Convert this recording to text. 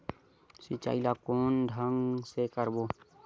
सिंचाई ल कोन ढंग से करबो?